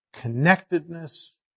connectedness